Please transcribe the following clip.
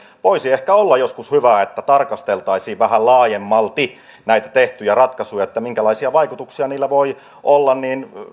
voisi ehkä olla joskus hyvä että työmarkkinajärjestöt vastuullisina yhteiskunnallisina toimijoina tarkastelisivat vähän laajemmalti näitä tehtyjä ratkaisuja minkälaisia vaikutuksia niillä voi olla